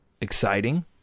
exciting